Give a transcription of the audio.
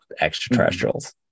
extraterrestrials